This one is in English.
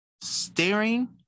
staring